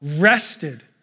rested